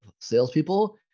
salespeople